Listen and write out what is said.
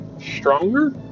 stronger